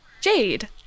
Jade